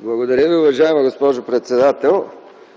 Благодаря Ви, уважаема госпожо председател.